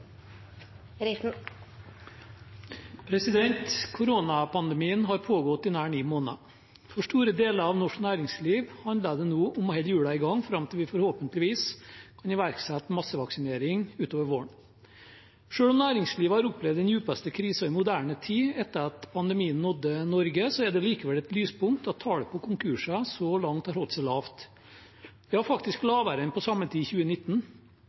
Koronapandemien har pågått i nær ni måneder. For store deler av norsk næringsliv handler det nå om å holde hjulene i gang fram til vi forhåpentligvis kan iverksette massevaksinering utover våren. Selv om næringslivet har opplevd den dypeste krisen i moderne tid etter at pandemien nådde Norge, er det likevel et lyspunkt at tallet på konkurser så langt har holdt seg lavt, ja, faktisk lavere enn på samme tid i 2019.